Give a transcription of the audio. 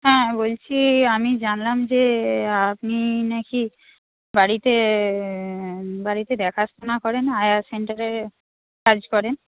হ্যাঁ বলছি আমি জানলাম যে আপনি নাকি বাড়িতে বাড়িতে দেখাশোনা করেন আয়া সেন্টারে কাজ করেন